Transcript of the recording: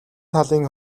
талын